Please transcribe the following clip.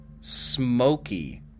smoky